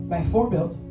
Bijvoorbeeld